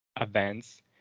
events